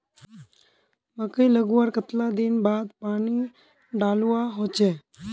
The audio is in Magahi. मकई लगवार कतला दिन बाद पानी डालुवा होचे?